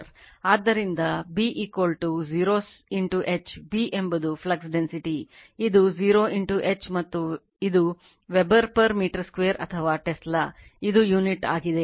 ಆದ್ದರಿಂದ B 0 H B ಎಂಬುದು flux density ಇದು 0 H ಮತ್ತು ಇದು Weber per meter 2 ಅಥವಾ ಟೆಸ್ಲಾ ಅದು ಯುನಿಟ್ ಆಗಿದೆ